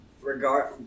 regard